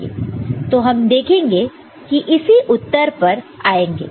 तो हम देखेंगे इसी उत्तर पर आएंगे